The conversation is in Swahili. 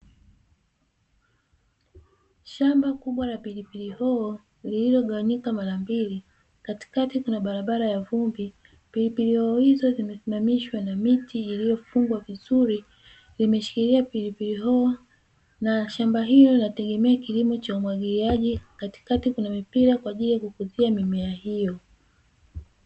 Shamba kubwa la pilipili hoho, lililogawanyika mara mbili, katikati kuna barabara ya vumbi. Pilipili hoho hizo zimesimamishwa na miti iliyofungwa vizuri, imeshikilia pilipili hoho na shamba hilo linategemea kilimo cha umwagiliaji. Katikati kuna mipira kwa ajili ya kukuzia mimea hiyo.